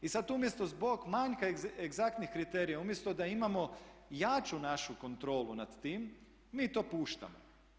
I sad umjesto zbog manjka egzaktnih kriterija, umjesto da imamo jaču našu kontrolu nad tim mi to puštamo.